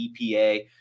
EPA